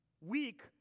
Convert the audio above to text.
weak